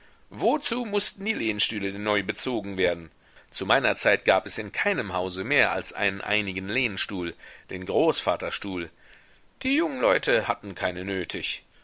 wozu mußten die lehnstühle denn neu bezogen werden zu meiner zeit gab es in keinem hause mehr als einen einigen lehnstuhl den großvaterstuhl die jungen leute hatten keine nötig